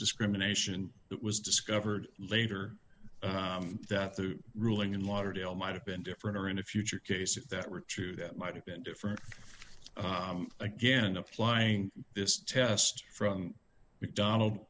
discrimination it was discovered later that the ruling in lauderdale might have been different or in a future case if that were true that might have been different again applying this test from mcdonald